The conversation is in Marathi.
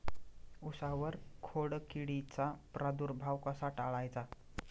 उसावर खोडकिडीचा प्रादुर्भाव कसा टाळायचा?